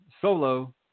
Solo